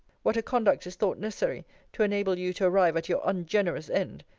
what a conduct is thought necessary to enable you to arrive at your ungenerous end.